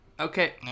Okay